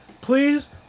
Please